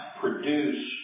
produce